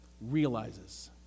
realizes